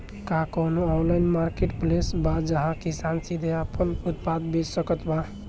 का कउनों online marketplace बा जहां किसान सीधे आपन उत्पाद बेच सकत बा?